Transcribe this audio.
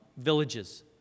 villages